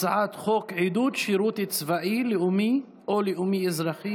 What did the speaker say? הצעת חוק עידוד שירות צבאי, לאומי או לאומי-אזרחי,